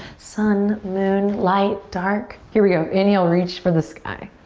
sun, moon, light, dark. here we go. inhale, reach for the sky.